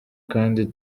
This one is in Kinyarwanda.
kandi